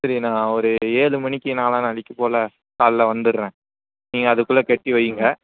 சரிண்ணா ஒரு ஏழு மணிக்கு நாளான் அன்றைக்கி போல் காலைல வந்துட்றேன் நீங்கள் அதுக்குள்ளே கெட்டி வைங்க